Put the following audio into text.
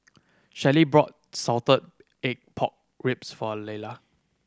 Shelley brought salted egg pork ribs for